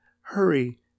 Hurry